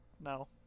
No